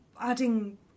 adding